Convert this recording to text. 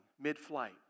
mid-flight